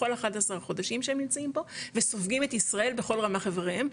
בכל 11 חודשים שהם נמצאים פה וסופגים את ישראל בכל רמ"ח אביריהם,